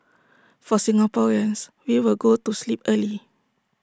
for Singaporeans we will go to sleep early